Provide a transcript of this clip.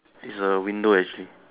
is a window actually